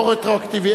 לא רטרואקטיבי,